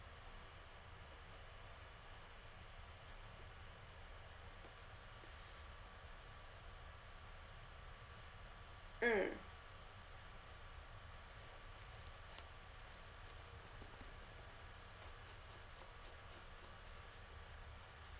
mm